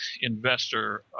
investor